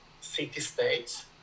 city-states